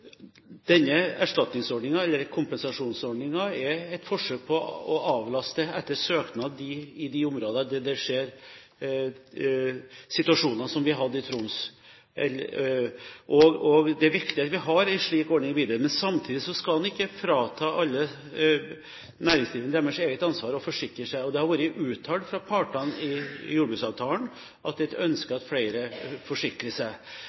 Denne erstatningsordningen – eller kompensasjonsordningen – er etter søknad et forsøk på å avlaste i de områdene der det oppstår slike situasjoner som i Troms. Det er viktig at vi har en slik ordning videre. Men samtidig skal man ikke frata alle næringsdrivende eget ansvar for å forsikre seg. Det har vært uttalt av partene i jordbruksavtalen at det er et ønske at flere forsikrer seg.